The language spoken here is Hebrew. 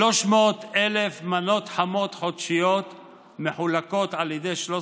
כ-300,000 מנות חמות חודשיות מחולקות על ידי 13